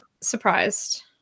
surprised